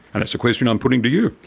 and it's a question i'm putting to you.